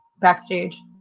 backstage